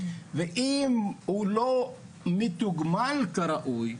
ואם הוא לא מתוגמל כראוי,